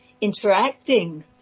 interacting